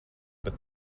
bet